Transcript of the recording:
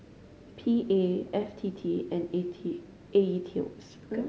P A F T T and A T A E T O S